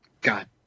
God